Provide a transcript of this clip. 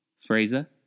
Fraser